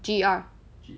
G_E_R